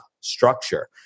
structure